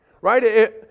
Right